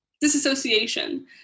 disassociation